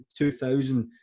2000